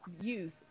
Youth